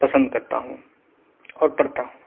پسند کرتا ہوں اور پڑھتا ہوں